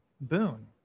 boon